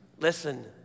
Listen